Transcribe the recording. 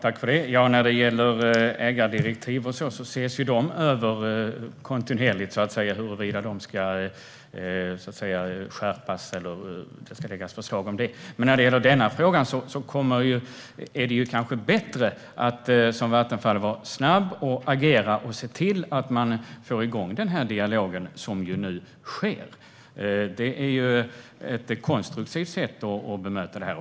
Herr talman! När det gäller ägardirektiv och så vidare ser man kontinuerligt över om de behöver skärpas eller om det ska läggas fram förslag om dem. När det gäller denna fråga är det dock kanske bättre att som Vattenfall vara snabb och agera för att få igång den dialog som nu äger rum. Det är ju ett konstruktivt sätt att bemöta detta.